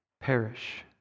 perish